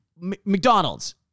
McDonald's